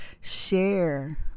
share